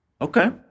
Okay